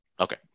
Okay